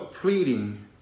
pleading